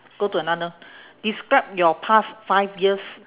go to another describe your past five years